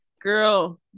girl